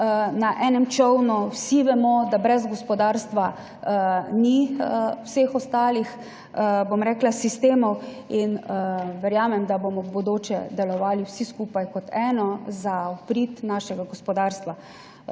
na enem čolnu, vsi vemo, da brez gospodarstva ni vseh ostalih, bom rekla, sistemov in verjamem, da bomo v bodoče delovali vsi skupaj kot eno v prid našega gospodarstva.